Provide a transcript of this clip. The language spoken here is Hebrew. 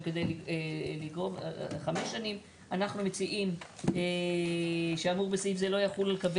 שהם עושים תדיר, אנחנו מציעים שקווי